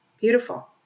Beautiful